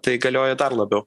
tai galioja dar labiau